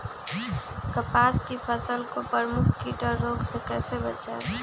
कपास की फसल को प्रमुख कीट और रोग से कैसे बचाएं?